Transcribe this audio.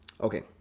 okay